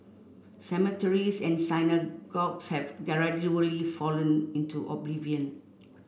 cemeteries and synagogues have gradually fallen into oblivion